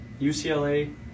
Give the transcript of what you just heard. UCLA